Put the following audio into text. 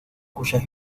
cuyas